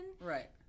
Right